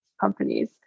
companies